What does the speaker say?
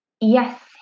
yes